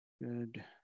Good